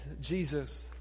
Jesus